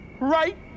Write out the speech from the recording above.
right